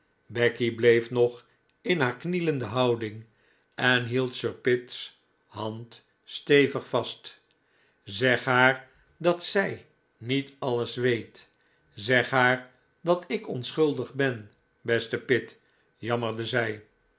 becky bleef nog in haar knielende houding en hield sir pitt's hand stevig vast zeg haar dat zij niet alles weet zeg haar dat ik onschuldig ben beste pitt jammerde zij